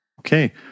okay